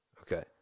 Okay